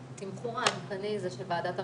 התמחור העדכני זה של ועדת המחירים?